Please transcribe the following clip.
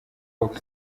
coke